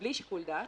בלי שיקול דעת.